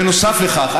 בנוסף לכך,